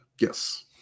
Yes